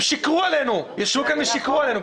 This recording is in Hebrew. הם שיקרו לנו, ישבו כאן ושיקרו לנו.